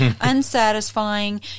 unsatisfying